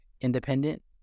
independent